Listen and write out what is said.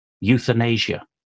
euthanasia